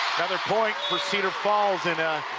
points or cedar falls. and a